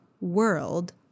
world